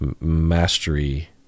mastery